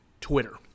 twitter